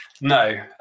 no